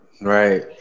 Right